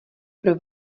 pro